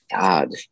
God